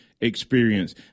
experience